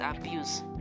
abuse